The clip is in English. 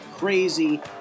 crazy